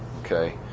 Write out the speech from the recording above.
Okay